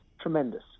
tremendous